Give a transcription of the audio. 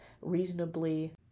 reasonably